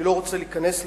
אני לא רוצה להיכנס לזה,